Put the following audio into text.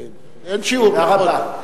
תודה רבה.